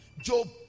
Job